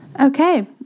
Okay